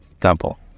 temple